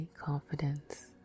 confidence